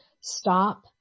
stop